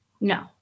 No